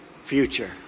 future